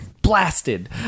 blasted